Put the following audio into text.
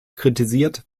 kritisiert